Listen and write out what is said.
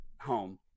home